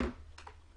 אני